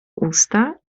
usta